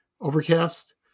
Overcast